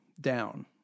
down